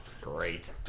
Great